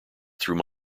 through